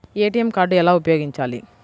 ATM card ఎలా ఉపయోగించాలి?